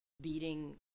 beating